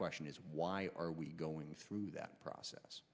question is why are we going through that process